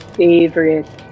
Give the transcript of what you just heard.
favorite